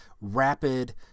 rapid